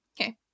okay